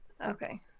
Okay